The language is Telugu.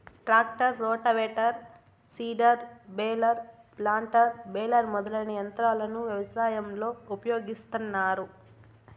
tractor, rotavator, seeder, baler, planter, baler మొదలైన యంత్రాలను వ్యవసాయంలో ఉపయోగిస్తాన్నారు